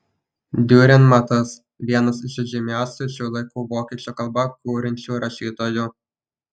diurenmatas vienas iš žymiausių šių laikų vokiečių kalba kuriančių rašytojų